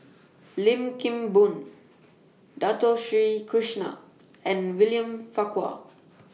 Lim Kim Boon Dato Sri Krishna and William Farquhar